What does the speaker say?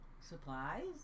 Supplies